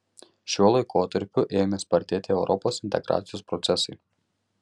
šiuo laikotarpiu ėmė spartėti europos integracijos procesai